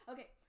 Okay